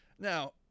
Now